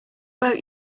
boat